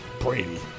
Brady